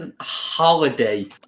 holiday